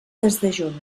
desdejuna